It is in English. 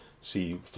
see